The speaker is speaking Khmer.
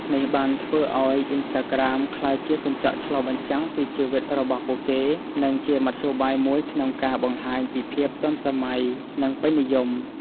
នេះបានធ្វើឱ្យ អុីនស្តាក្រាម ក្លាយជាកញ្ចក់ឆ្លុះបញ្ចាំងពីជីវិតរបស់ពួកគេ និងជាមធ្យោបាយមួយក្នុងការបង្ហាញពីភាពទាន់សម័យ និងពេញនិយម។